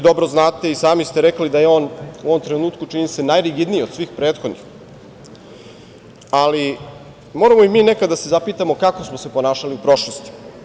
Dobro znate i sami ste rekli da je on u ovom trenutku čini se, najrigidniji od svih prethodnih, ali moramo i mi nekada da se zapitamo kako smo se ponašali u prošlosti.